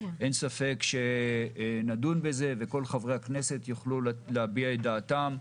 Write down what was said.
אין ספק שנדון בזה וכל חברי הכנסת יוכלו להביע את דעתם,